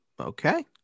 Okay